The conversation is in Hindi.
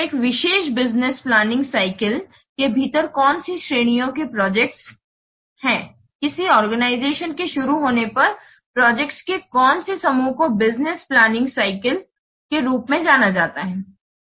तो एक विशेष बिज़नेस प्लानिंग साइकिल के भीतर कौन सी श्रेणी के प्रोजेक्ट्स किसी आर्गेनाईजेशन के शुरू होने पर प्रोजेक्ट्स के कौन से समूह को बिज़नेस प्लानिंग साइकिल के रूप में जाना जाता है